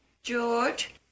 George